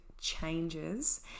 changes